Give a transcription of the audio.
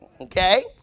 Okay